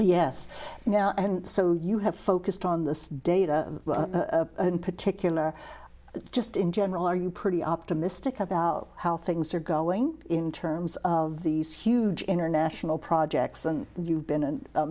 yes now and so you have focused on this data in particular just in general are you pretty optimistic about how things are going in terms of these huge international projects and you've been a